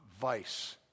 vice